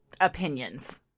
opinions